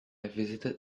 visited